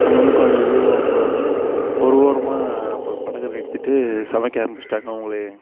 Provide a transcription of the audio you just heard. அங்கே இருந்து கொஞ்ச தூரம் போனவொடன்னே ஒரு ஓரமாக ப படகை நிறுத்திட்டு சமைக்க ஆரம்பிச்சிட்டாங்கள் அவங்களே